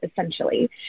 essentially